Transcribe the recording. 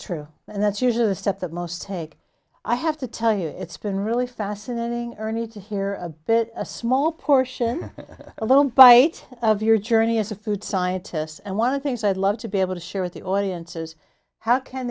true and that's usually the step that most take i have to tell you it's been really fascinating journey to hear a bit a small portion a little bite of your journey as a food scientist and one of things i'd love to be able to share with the audiences how can